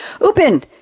Open